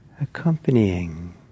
accompanying